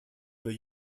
were